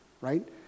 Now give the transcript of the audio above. right